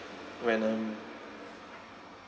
when I'm